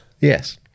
Yes